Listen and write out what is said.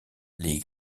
les